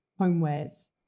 homewares